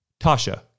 Tasha